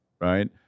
right